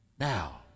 now